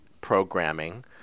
programming